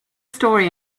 story